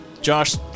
Josh